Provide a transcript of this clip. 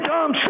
Tom